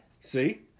See